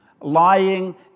lying